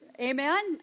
Amen